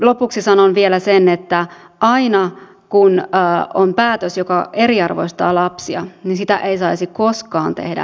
lopuksi sanon vielä sen että päätöstä joka eriarvoistaa lapsia ei saisi koskaan tehdä säästösyistä